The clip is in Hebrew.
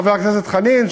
חבר הכנסת חנין,